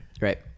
Right